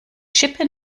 schippe